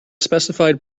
specified